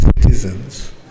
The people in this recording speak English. citizens